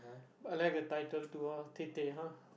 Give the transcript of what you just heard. but I like the title too ah tete ha